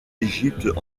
égypte